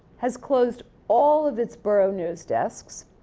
has closed all of it's borough news desks.